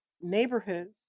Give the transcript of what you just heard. neighborhoods